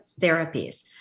therapies